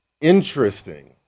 Interesting